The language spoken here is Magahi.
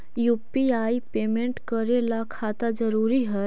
यु.पी.आई पेमेंट करे ला खाता जरूरी है?